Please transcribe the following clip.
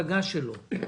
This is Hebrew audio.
התשפ"א-2021